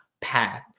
path